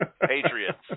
Patriots